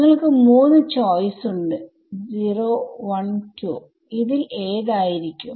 നിങ്ങൾക്ക് 3 ചോയ്സ്സ് ഉണ്ട് 012 ഇതിൽ ഏതായിരിക്കും